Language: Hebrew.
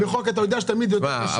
אתה יודע שתמיד יותר קשה לשנות כשזה בחוק.